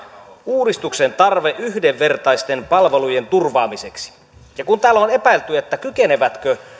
uudistuksen tarve yhdenvertaisten palvelujen turvaamiseksi kun täällä on epäilty kykenevätkö